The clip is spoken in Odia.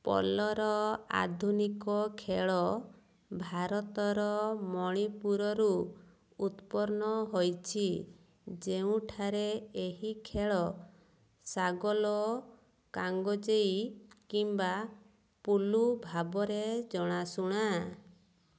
ପଲର ଆଧୁନିକ ଖେଳ ଭାରତର ମଣିପୁରରୁ ଉତ୍ପନ୍ନ ହୋଇଛି ଯେଉଁଠାରେ ଏହି ଖେଳ ସାଗୋଲ କାଙ୍ଗୋଜେଇ କିମ୍ବା ପୁଲୁ ଭାବରେ ଜଣାଶୁଣା